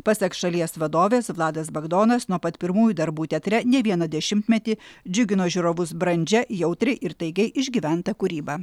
pasak šalies vadovės vladas bagdonas nuo pat pirmųjų darbų teatre ne vieną dešimtmetį džiugino žiūrovus brandžia jautriai ir taikiai išgyventa kūryba